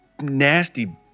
nasty